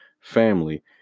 family